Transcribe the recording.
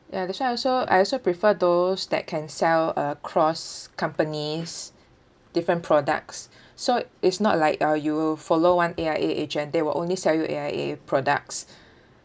ya that's why I also I also prefer those that can sell across companies different products so it's not like uh you will follow one A_I_A agent they will only sell you A_I_A products